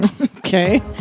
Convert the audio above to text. Okay